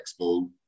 expo